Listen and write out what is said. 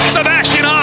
Sebastian